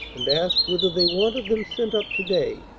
and asked whether they wanted them sent up to-day,